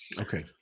Okay